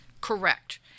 Correct